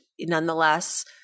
nonetheless